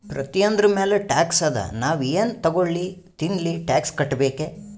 ಪ್ರತಿಯೊಂದ್ರ ಮ್ಯಾಲ ಟ್ಯಾಕ್ಸ್ ಅದಾ, ನಾವ್ ಎನ್ ತಗೊಲ್ಲಿ ತಿನ್ಲಿ ಟ್ಯಾಕ್ಸ್ ಕಟ್ಬೇಕೆ